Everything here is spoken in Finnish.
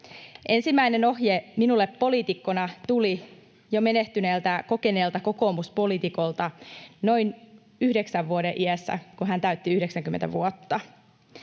Ensimmäinen ohje minulle poliitikkona tuli jo menehtyneeltä kokeneelta kokoomuspoliitikolta noin yhdeksän vuoden iässä, kun hän täytti 90 vuotta: